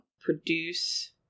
produce